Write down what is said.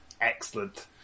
Excellent